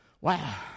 wow